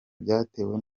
byatewe